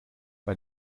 bei